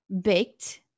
baked